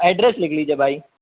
address لکھ لیجئے بھائی